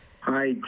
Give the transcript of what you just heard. Hi